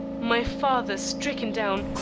my father stricken down,